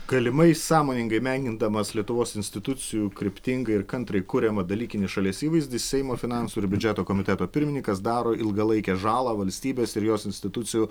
galimai sąmoningai menkindamas lietuvos institucijų kryptingai ir kantriai kuriamą dalykinį šalies įvaizdį seimo finansų ir biudžeto komiteto pirmininkas daro ilgalaikę žalą valstybės ir jos institucijų